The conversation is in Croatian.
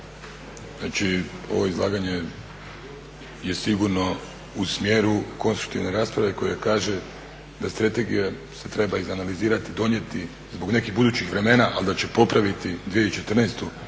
Znači, ovo izlaganje je sigurno u smjeru konstruktivne rasprave koja kaže da strategija se treba izanalizirati i donijeti zbog nekih budućih vremena, ali da će popraviti 2014.